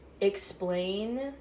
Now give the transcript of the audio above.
explain